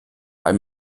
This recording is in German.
allem